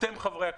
אתם חברי הכנסת,